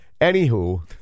Anywho